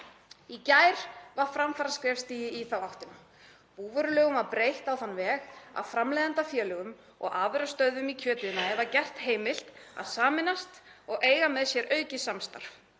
Í gær var framfaraskref stigið í þá áttina. Búvörulögum var breytt á þann veg að framleiðendafélögum og afurðastöðvum í kjötiðnaði var gert heimilt að sameinast og eiga með sér aukið samstarf.